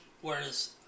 whereas